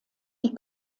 die